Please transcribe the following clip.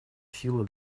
силы